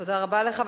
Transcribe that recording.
תודה רבה לך.